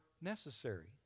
necessary